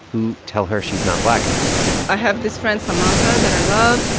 who tell her she's not black enough i have this friend samantha that i love.